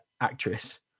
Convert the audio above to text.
actress